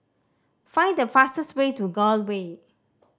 find the fastest way to Gul Way